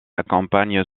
accompagne